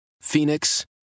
Phoenix